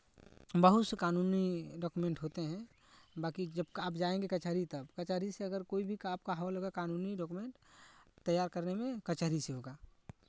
बहुत से कानूनी डॉक्यूमेंट होते हैं बाँकी जब आप जायेंगे कचहरी तब कचहरी से अगर कोई भी कानूनी डॉक्यूमेंट तैयार करने में कचहरी से होगा